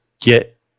get